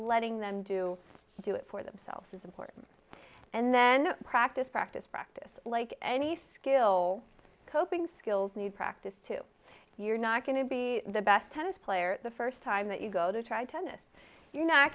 letting them do do it for themselves is important and then practice practice practice like any skill coping skills need practice to you're not going to be the best tennis player the first time that you go to try tennis you're not